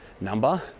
number